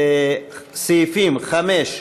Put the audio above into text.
סעיפים 5,